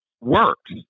works